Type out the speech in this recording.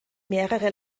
mehrere